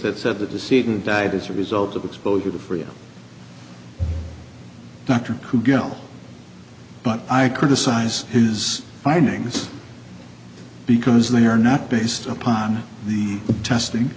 that said that the seated died as a result of exposure to for you dr who go but i criticize his findings because they are not based upon the testing